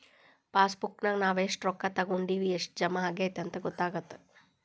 ಪಾಸಬುಕ್ನ್ಯಾಗ ನಾವ ಎಷ್ಟ ರೊಕ್ಕಾ ತೊಕ್ಕೊಂಡಿವಿ ಎಷ್ಟ್ ಜಮಾ ಆಗೈತಿ ಅಂತ ಗೊತ್ತಾಗತ್ತ